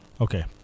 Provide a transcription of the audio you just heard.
Okay